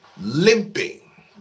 limping